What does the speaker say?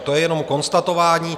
To je jenom konstatování.